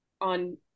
on